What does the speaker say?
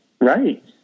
right